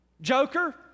Joker